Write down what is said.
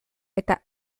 eta